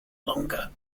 longer